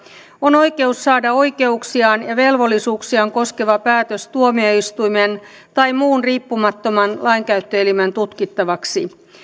on oikeus saada oikeuksiaan ja velvollisuuksiaan koskeva päätös tuomioistuimen tai muun riippumattoman lainkäyttöelimen tutkittavaksi